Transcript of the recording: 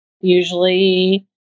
Usually